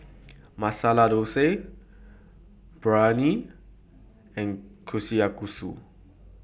Masala Dosa Biryani and Kushikatsu